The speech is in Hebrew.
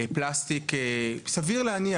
פלסטיק סביר להניח,